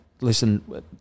listen